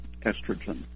estrogen